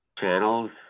channels